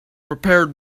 prepared